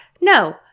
no